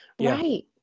right